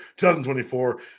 2024